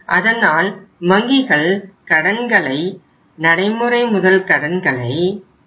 அதனால் வங்கிகள் கடன்களை நடைமுறை முதல் கடன்களை கட்டுப்படுத்துகின்றன